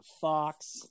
fox